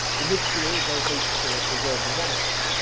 initially, they hope to preserve the monarchy,